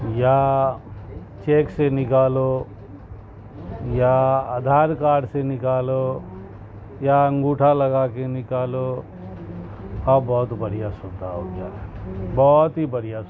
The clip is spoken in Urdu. یا چیک سے نگالو یا آدھار کارڈ سے نکالو یا انگوٹھا لگا کے نکالو اب بہت بڑھیا سبدھا ہو گیا ہے بہت ہی بڑھیا سبدھا ہوگیا